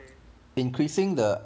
increasing the